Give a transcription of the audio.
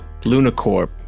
Lunacorp